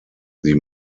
sie